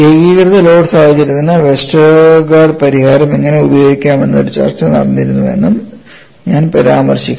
ഏകീകൃത ലോഡ് സാഹചര്യത്തിന് വെസ്റ്റർഗാർഡ് പരിഹാരം എങ്ങനെ ഉപയോഗിക്കാമെന്ന് ഒരു ചർച്ച നടന്നിരുന്നുവെന്നും ഞാൻ പരാമർശിക്കുന്നു